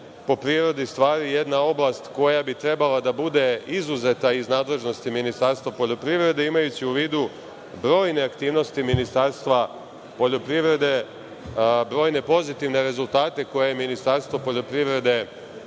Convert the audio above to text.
po prirodi stvari jedna oblast koja bi trebala da bude izuzeta iz nadležnosti Ministarstva poljoprivrede, imajući u vidu brojne aktivnosti Ministarstva poljoprivrede, brojne pozivne rezultate koje je Ministarstvo poljoprivrede